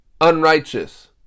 unrighteous